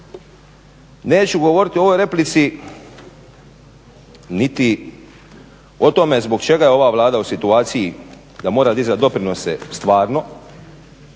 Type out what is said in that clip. Neću govoriti u ovoj replici niti o tome zbog čega je ova Vlada u situaciji da mora dizati doprinose stvarno,